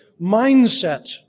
mindset